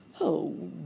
Oh